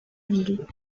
ville